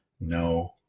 no